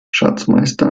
schatzmeister